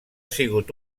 sigut